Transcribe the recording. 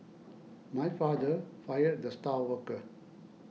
my father fired the star worker